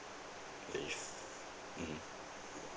if mmhmm